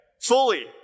Fully